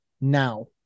now